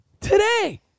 today